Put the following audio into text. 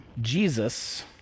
Jesus